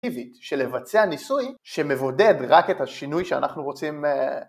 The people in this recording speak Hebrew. טבעית של לבצע ניסוי שמבודד רק את השינוי שאנחנו רוצים